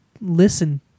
listen